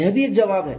यह भी एक जवाब है